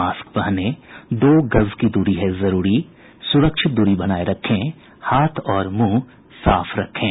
mask पहने दो गज की दूरी है जरूरी सुरक्षित दूरी बनाए रखें हाथ और मुंह साफ रखें